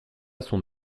son